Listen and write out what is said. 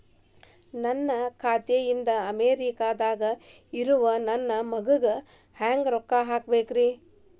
ನನ್ನ ಖಾತೆ ಇಂದ ಅಮೇರಿಕಾದಾಗ್ ಇರೋ ನನ್ನ ಮಗಗ ರೊಕ್ಕ ಹೆಂಗ್ ಕಳಸಬೇಕ್ರಿ?